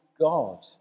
God